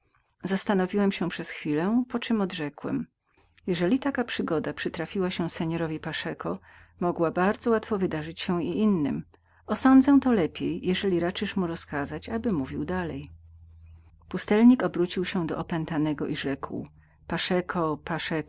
zastanowiłem się przez chwilę poczem odrzekłem jeżeli ta przygoda przytrafiła się panu paszeko mogła bardzo wygodnie wydarzyć się i innym osądzę to lepiej jeżeli raczysz mu rozkazać aby mówił dalej pustelnik obrócił się do opętanego i rzekł paszeko